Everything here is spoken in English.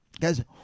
guys